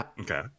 Okay